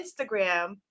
Instagram